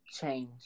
change